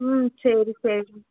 ம் சரி சரி